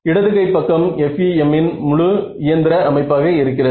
இடது கை பக்கம் FEM இன் முழு இயந்திர அமைப்பாக இருக்கிறது